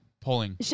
polling